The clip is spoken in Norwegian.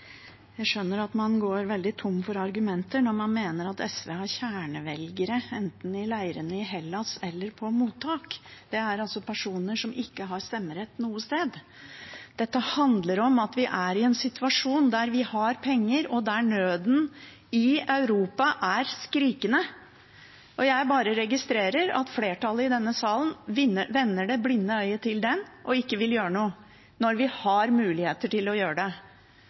Jeg skjønner man har gått veldig tom for argumenter når man mener at SV har kjernevelgere i leirene i Hellas eller på mottak. Det er altså personer som ikke har stemmerett noe sted. Dette handler om at vi er i en situasjon der vi har penger, og der nøden i Europa er skrikende. Jeg bare registrerer at flertallet i denne sal vender det blinde øye til og ikke vil gjøre noe når vi har mulighet til å gjøre det.